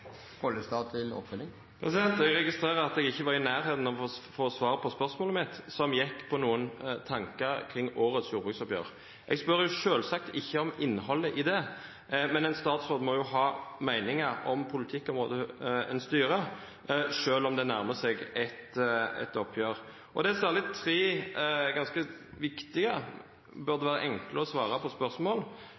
Jeg registrerer at jeg ikke var i nærheten av å få svar på spørsmålet mitt, som handlet om noen tanker rundt årets jordbruksoppgjør. Jeg spør selvsagt ikke om innholdet i det, men en statsråd må jo ha meninger om det politikkområdet hun styrer, selv om det nærmer seg et oppgjør. Det er særlig tre ganske viktige spørsmål – som det burde være enkelt å svare på